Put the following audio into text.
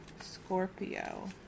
Scorpio